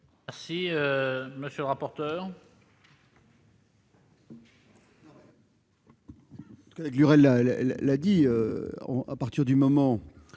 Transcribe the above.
est, monsieur le rapporteur